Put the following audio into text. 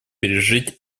пережить